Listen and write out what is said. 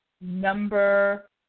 number